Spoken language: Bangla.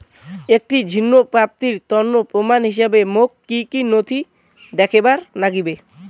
একটা ঋণ প্রাপ্তির তন্ন প্রমাণ হিসাবে মোক কী কী নথি দেখেবার নাগিবে?